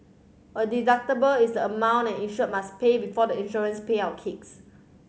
a deductible is the amount an insured must pay before the insurance payout kicks